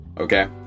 okay